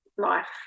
life